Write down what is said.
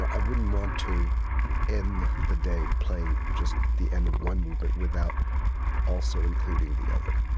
i wouldn't want to end the day playing just the end of one movement without also including the other.